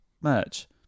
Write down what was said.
Merch